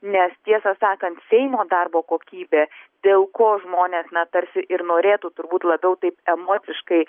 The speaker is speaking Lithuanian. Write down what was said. nes tiesą sakant seimo darbo kokybė dėl ko žmonės na tarsi ir norėtų turbūt labiau taip emociškai